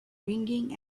ringing